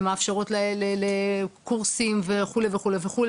ומאפשרות לקורסים וכו' וכו',